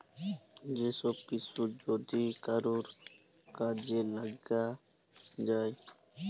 যে সব কিসু যদি কারুর কাজ থাক্যে লায়